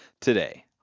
today